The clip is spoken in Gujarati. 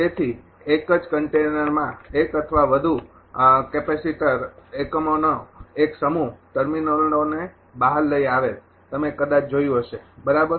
તેથી એક જ કન્ટેનરમાં એક અથવા વધુ કેપેસિટર એકમોનો એક સમૂહ ટર્મિનલોને બહાર લઈ આવેલ તમે કદાચ જોયું હશે બરાબર